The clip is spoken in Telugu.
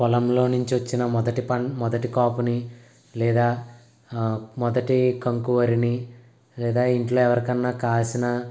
పొలంలో నుంచొచ్చిన మొదటి పం మొదటి కాపుని లేదా మొదటి కంకు వరిని లేదా ఇంట్లో ఎవరికన్నా కాసిన